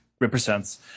represents